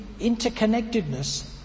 interconnectedness